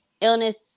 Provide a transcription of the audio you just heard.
illness